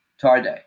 Tarde